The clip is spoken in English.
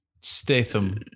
statham